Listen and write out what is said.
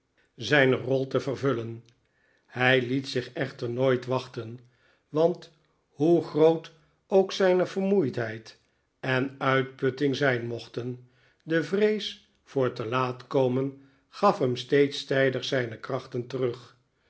zijne rol te vervullen hij liet zich echter nooit wachten want hoe groot ook zijne vermoeidheid en uitputting zijn mochten de vrees voor te laat komen gaf hem steeds tijdig zijne krachten terug